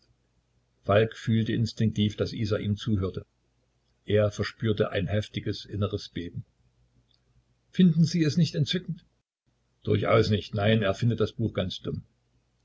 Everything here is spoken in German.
falk fühlte instinktiv daß isa ihm zuhörte er verspürte ein heftiges inneres beben finden sie es nicht entzückend durchaus nicht nein er finde das buch ganz dumm